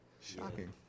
Shocking